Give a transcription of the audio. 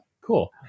Cool